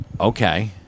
okay